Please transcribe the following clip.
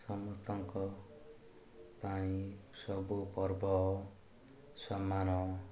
ସମସ୍ତଙ୍କ ପାଇଁ ସବୁ ପର୍ବ ସମାନ